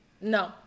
No